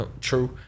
true